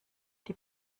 die